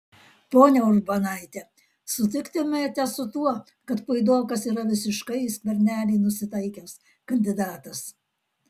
ponia urbonaite sutiktumėte su tuo kad puidokas yra visiškai į skvernelį nusitaikęs kandidatas